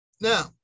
Now